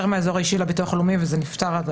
מהאזור האישי לביטוח הלאומי וזה נפתר.